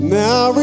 now